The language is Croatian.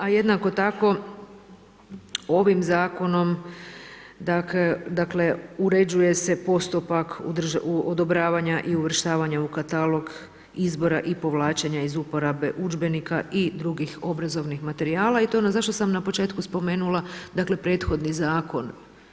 A jednako tako ovim zakonom dakle, uređuje se postupak odobravanja i uvrštavanja u katalog izbora i povlačenje iz uporabe udžbenika i drugih obrazovanih materijala i to je ono zašto sam na početku spomenula prethodni zakon.